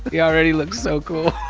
he already looks so cool!